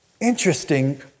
Interesting